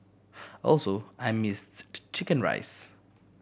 also I missed the chicken rice